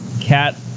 cat